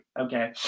Okay